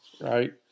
right